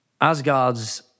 Asgard's